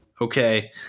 Okay